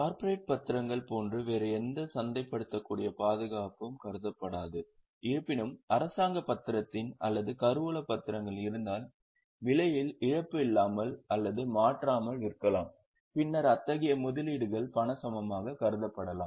corporate பத்திரங்கள் போன்ற வேறு எந்த சந்தைப்படுத்தக்கூடிய பாதுகாப்பும் கருதப்படாது இருப்பினும் அரசாங்க பத்திரங்கள் அல்லது கருவூலப் பத்திரங்கள் இருந்தால் விலையில் இழப்பு இல்லாமல் அல்லது மாற்றாமல் விற்கலாம் பின்னர் அத்தகைய முதலீடுகள் பண சமமாக கருதப்படலாம்